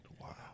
Wow